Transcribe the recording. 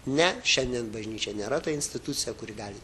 ne šiandien bažnyčia nėra ta institucija kuri gali